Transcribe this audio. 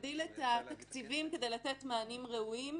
כדי לתת מענים ראויים,